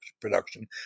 production